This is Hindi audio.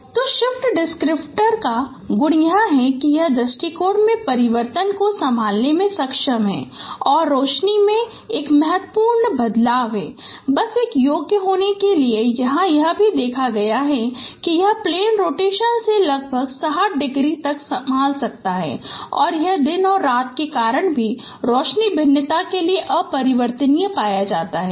तो सिफ्ट डिस्क्रिप्टर का गुण यह है कि यह दृष्टिकोण में परिवर्तन को संभालने में सक्षम है और रोशनी में एक महत्वपूर्ण बदलाव है बस यह योग्य होने के लिए है यहाँ यह भी देखा गया है कि यह प्लेन रोटेशन से लगभग 60 डिग्री तक संभाल सकता है और यह दिन और रात के कारण भी रोशनी भिन्नता के लिए अपरिवर्तनीय पाया जाता है